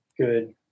good